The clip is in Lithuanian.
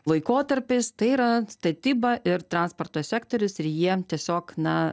laikotarpis tai yra statyba ir transporto sektorius ir jie tiesiog na